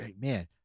man